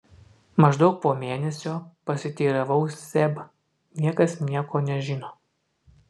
maždaug po mėnesio pasiteiravau seb niekas nieko nežino